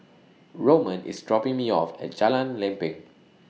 Roman IS dropping Me off At Jalan Lempeng